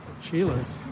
Sheila's